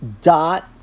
dot